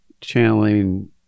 channeling